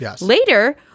Later